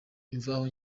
imvaho